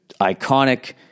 iconic